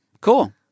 cool